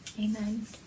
amen